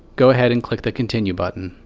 go ahead and click the continue button.